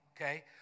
Okay